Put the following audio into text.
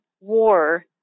war